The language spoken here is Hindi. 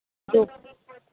जी